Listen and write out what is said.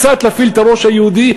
קצת להפעיל את הראש היהודי,